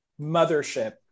mothership